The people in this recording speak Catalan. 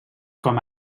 com